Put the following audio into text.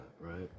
right